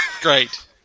Great